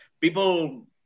People